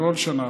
לא רק בשנה אחת.